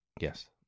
yes